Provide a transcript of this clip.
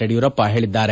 ಯಡಿಯೂರಪ್ಪ ಹೇಳಿದ್ದಾರೆ